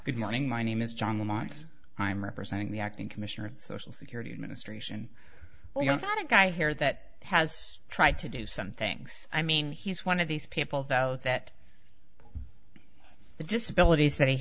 good morning my name is john the mont i'm representing the acting commissioner of social security administration well you're not a guy here that has tried to do some things i mean he's one of these people though that the disabilit